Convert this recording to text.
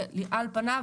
שעל פניו,